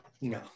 No